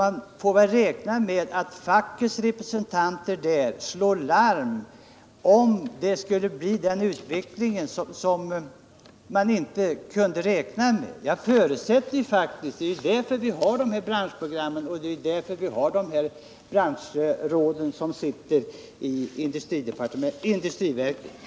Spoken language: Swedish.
Man kan därför räkna med att fackets representanter där slår larm, om det skulle visa sig att utvecklingen blir en annan än man räknat med. Jag förutsätter att det sker i så fall. Det är ju därför vi har branschprogrammen och branschråden i industriverket.